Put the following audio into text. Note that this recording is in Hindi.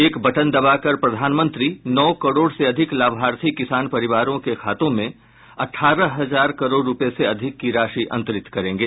एक बटन दबाकर प्रधानमंत्री नौ करोड से अधिक लाभार्थी किसान परिवारों के खातों में अठारह हजार करोड रुपये से अधिक राशि अंतरित करेंगे